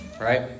right